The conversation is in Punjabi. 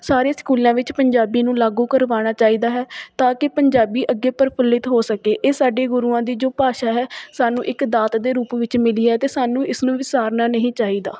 ਸਾਰੇ ਸਕੂਲਾਂ ਵਿੱਚ ਪੰਜਾਬੀ ਨੂੰ ਲਾਗੂ ਕਰਵਾਉਣਾ ਚਾਹੀਦਾ ਹੈ ਤਾਂ ਕਿ ਪੰਜਾਬੀ ਅੱਗੇ ਪ੍ਰਫੁੱਲਿਤ ਹੋ ਸਕੇ ਇਹ ਸਾਡੇ ਗੁਰੂਆਂ ਦੀ ਜੋ ਭਾਸ਼ਾ ਹੈ ਸਾਨੂੰ ਇੱਕ ਦਾਤ ਦੇ ਰੂਪ ਵਿੱਚ ਮਿਲੀ ਹੈ ਅਤੇ ਸਾਨੂੰ ਇਸ ਨੂੰ ਵਿਸਾਰਨਾ ਨਹੀਂ ਚਾਹੀਦਾ